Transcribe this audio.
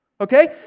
Okay